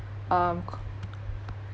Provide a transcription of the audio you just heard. um ca~